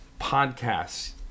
podcasts